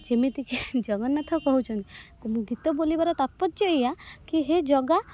ଯେମିତି କି ଜଗନ୍ନାଥ କହୁଛନ୍ତି ମୁଁ ଗୀତ ବୋଲିବାର ତାତ୍ପର୍ଯ୍ୟ ଏଇଆ କି ହେ ଜଗା